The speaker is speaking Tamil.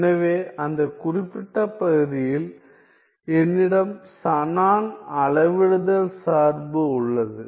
எனவே அந்த ஒரு குறிப்பிட்ட பகுதியில் என்னிடம் ஷானன் அளவிடுதல் சார்பு உள்ளது